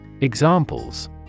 Examples